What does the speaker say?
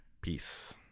Peace